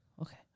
Okay